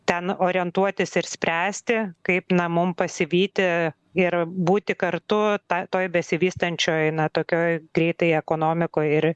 ten orientuotis ir spręsti kaip na mum pasivyti ir būti kartu ta toj besivystančioj na tokioj greitai ekonomikoj ir